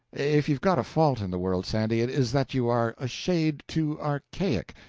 if you've got a fault in the world, sandy, it is that you are a shade too archaic.